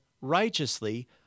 righteously